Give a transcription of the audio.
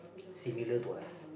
similar to us